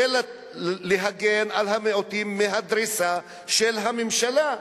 זה להגן על המיעוטים מהדריסה של הממשלה.